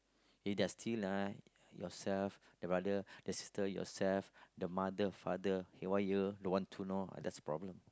if they are still yourself ah your brother your sister yourself the mother father haywire don't want to know ah that's a problem